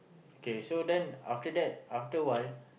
okay so then after that after while